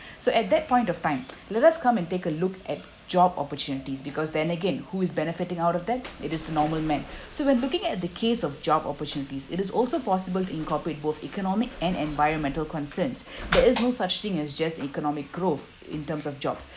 so at that point of time let us come and take a look at job opportunities because then again who is benefiting out of that it is the normal men so we're looking at the case of job opportunities it is also possible to incorporate both economic and environmental concerns there is no such thing as just economic growth in terms of jobs